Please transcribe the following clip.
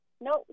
No